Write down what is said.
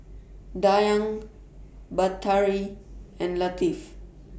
Dayang Batari and Latif